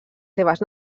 seves